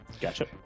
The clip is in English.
Gotcha